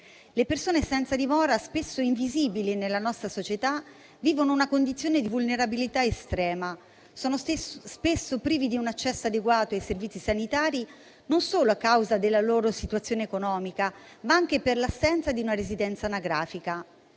Le persone senza dimora, spesso invisibili nella nostra società, vivono una condizione di vulnerabilità estrema e sono spesso prive di un accesso adeguato ai servizi sanitari a causa non solo della loro situazione economica, ma anche dell'assenza di una residenza anagrafica.